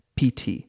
PT